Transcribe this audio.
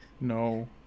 No